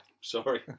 Sorry